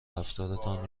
رفتارتان